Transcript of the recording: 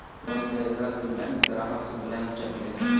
loan देय वक्त bank ग्राहक से ब्लैंक चेक ले हइ